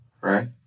Right